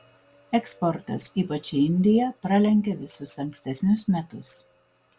eksportas ypač į indiją pralenkia visus ankstesnius metus